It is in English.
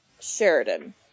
Sheridan